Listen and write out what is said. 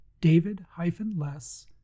david-less